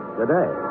today